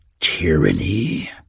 Tyranny